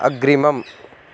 अग्रिमम्